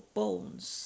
bones